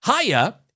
hiya